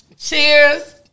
Cheers